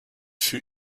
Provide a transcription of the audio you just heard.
fut